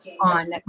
on